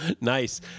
Nice